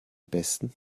besten